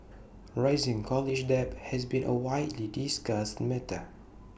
rising college debt has been A widely discussed matter